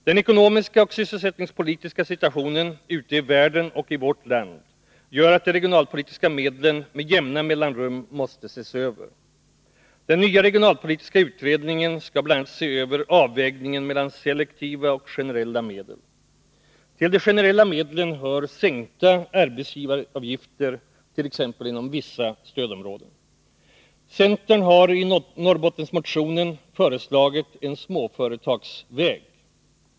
Den ekonomiska och sysselsättningspolitiska situationen ute i världen och i vårt land gör att de regionalpolitiska medlen med jämna mellanrum måste ses över. Den nya regionalpolitiska utredningen skall bl.a. se över avvägningen mellan selektiva och generella medel. Till de generella medlen hör sänkta arbetsgivaravgifter, t.ex. inom vissa stödområden. Centern har i Norrbottensmotioner föreslagit en småföretagsväg.